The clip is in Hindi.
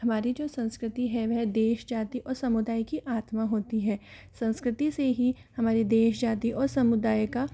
हमारी जो संस्कृति है वह देश जाती और समुदाय की आत्मा होती है संस्कृति से ही हमारी देश जाती और समुदाय का